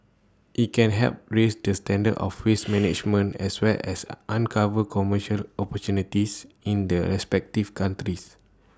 IT can help raise the standards of waste management as well as uncover commercial opportunities in the respective countries